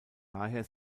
daher